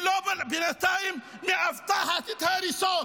היא בינתיים לא מאבטחת את ההריסות.